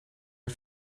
der